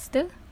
pastu